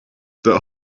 that